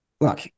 Look